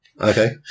Okay